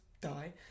die